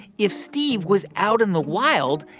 if steve was out in the wild,